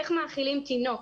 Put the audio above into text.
איך מאכילים תינוק.